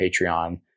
Patreon